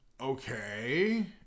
okay